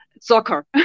soccer